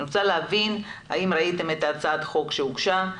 אני רוצה להבין האם ראיתם את הצעת החוק שהוגשה,